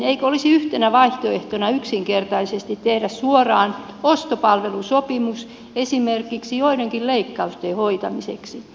eikö olisi yhtenä vaihtoehtona yksinkertaisesti tehdä suoraan ostopalvelusopimus esimerkiksi joidenkin leikkausten hoitamiseksi